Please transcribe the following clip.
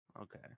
Okay